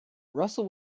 russell